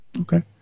Okay